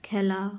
খেলা